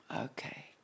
Okay